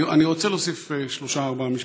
אני רוצה להוסיף שלושה-ארבעה משפטים.